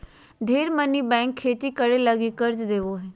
ढेर मनी बैंक खेती करे लगी कर्ज देवो हय